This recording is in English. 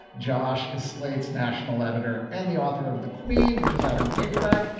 josh is slate's national editor and the author of the queen, which is out in paperback.